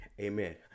amen